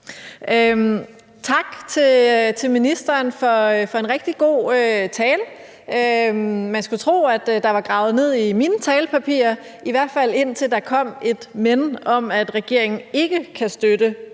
Tak til ministeren for en rigtig god tale. Man skulle tro, der var gravet ned i mine talepapirer, i hvert fald indtil der kom et »men« om, at regeringen ikke kan støtte